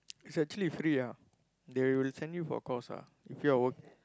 it's actually free ah they will send you for course ah if you are work